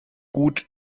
gut